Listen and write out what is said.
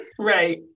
Right